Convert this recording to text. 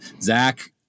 Zach